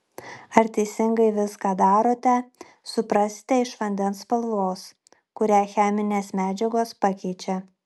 ar teisingai viską darote suprasite iš vandens spalvos kurią cheminės medžiagos pakeičia